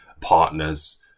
partners